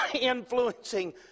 influencing